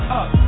up